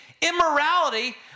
immorality